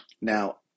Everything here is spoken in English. Now